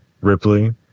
ripley